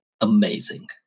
amazing